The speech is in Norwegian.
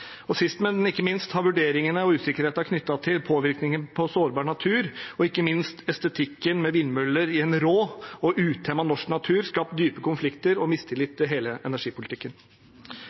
Sist, men ikke minst har vurderingene og usikkerhetene knyttet til påvirkningen på sårbar natur og estetikken med vindmøller i en rå og utemmet norsk natur skapt dype konflikter og mistillit til hele energipolitikken.